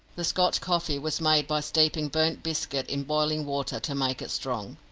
the scotch coffee was made by steeping burnt biscuit in boiling water to make it strong.